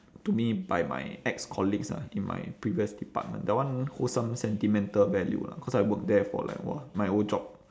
to me by my ex-colleagues ah in my previous department that one hold some sentimental value lah cause I work there for like !wah! my old job